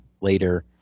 later